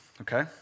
okay